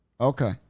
Okay